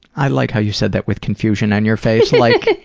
i like how you said that with confusion on your face, like.